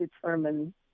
determine